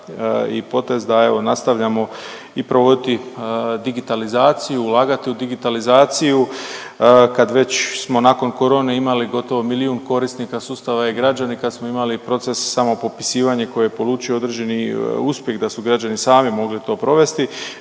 i potez da evo, nastavljamo i provoditi digitalizaciju, ulagali u digitalizaciju, kad već smo nakon korone imali gotovo milijun korisnika sustava e-Građani, kad smo imali proces samopopisivanje, koje je polučio određeni uspjeh da su građani sami mogli to provesti,